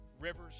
rivers